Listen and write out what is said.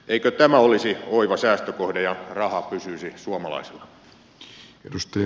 eikö tämä olisi oiva säästökohde ja raha pysyisi suomalaisilla